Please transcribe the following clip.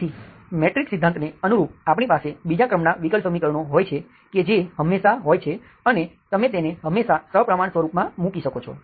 તેથી મેટ્રિક્સ સિદ્ધાંતને અનુરૂપ આપણી પાસે બીજા ક્રમના વિકલ સમીકરણો હોય છે કે જે હંમેશા હોય છે અને તમે તેને હંમેશા સપ્રમાણ સ્વરૂપમાં મૂકી શકો છો